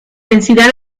densidad